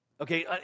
Okay